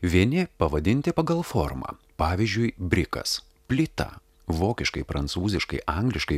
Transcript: vieni pavadinti pagal formą pavyzdžiui brikas plyta vokiškai prancūziškai angliškai